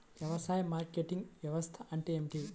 వ్యవసాయ మార్కెటింగ్ వ్యవస్థ అంటే ఏమిటి?